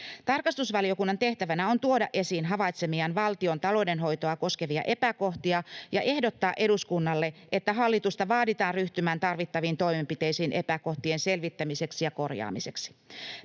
Tarkastusvaliokunnan tehtävänä on tuoda esiin havaitsemiaan valtion taloudenhoitoa koskevia epäkohtia ja ehdottaa eduskunnalle, että hallitusta vaaditaan ryhtymään tarvittaviin toimenpiteisiin epäkohtien selvittämiseksi ja korjaamiseksi.